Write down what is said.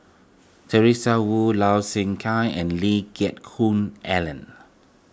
Teresa Hsu Low Thia Khiang and Lee Geck Hoon Ellen